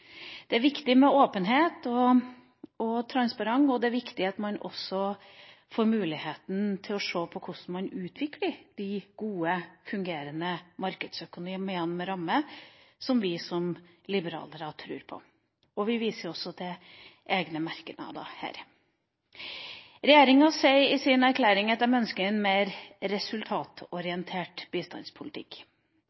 Det er viktig med åpenhet og transparens, og det er viktig at man også får muligheten til å se på hvordan man utvikler de gode, fungerende markedsøkonomiene, med rammer som vi som liberalere tror på. Vi viser også til egne merknader her. Regjeringa sier i sin erklæring at den ønsker en mer